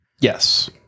Yes